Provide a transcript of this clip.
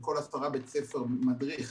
לכל עשרה בתי ספר מדריך,